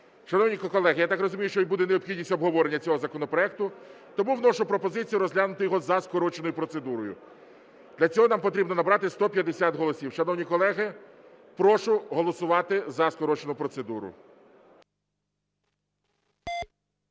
Шановні колеги, я так розумію, що буде необхідність обговорення цього законопроекту, тому вношу пропозицію розглянути його за скороченою процедурою. Для цього нам потрібно набрати 150 голосів. Шановні колеги, прошу голосувати за скорочену процедуру.